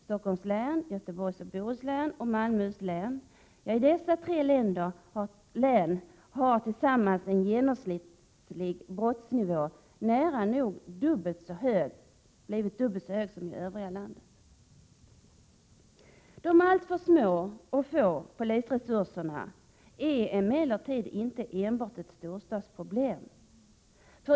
Stockholms län, Göteborgs och Bohus län och Malmöhus län har en genomsnittlig brottsnivå som är nära nog dubbelt så hög som den i den övriga delen av landet. De alltför små och få polisresurserna är emellertid inte enbart ett storstadsproblem.